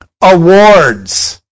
awards